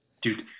Dude